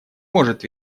может